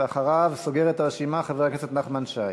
ואחריו, סוגר את הרשימה, חבר הכנסת נחמן שי.